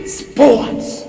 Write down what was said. sports